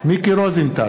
מיקי רוזנטל,